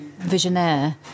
visionaire